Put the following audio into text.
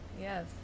Yes